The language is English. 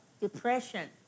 depression